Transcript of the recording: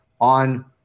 on